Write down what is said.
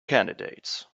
candidates